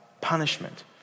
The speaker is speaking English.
punishment